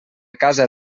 casa